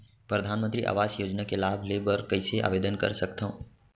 परधानमंतरी आवास योजना के लाभ ले बर कइसे आवेदन कर सकथव?